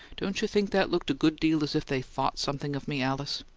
don't you think that looked a good deal as if they thought something of me, alice?